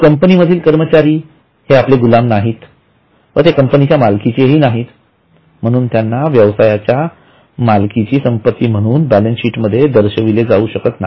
तर कंपनी मधील कर्मचारी हेआपले गुलाम नाहीत व ते कंपनीच्या मालकीचेहि नाहीत म्हणून त्यांना व्यवसायाच्या मालकीची संपत्ती म्हणून बॅलन्सशीटमध्ये दर्शविले जाऊ शकत नाही